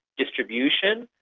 distribution,